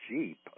jeep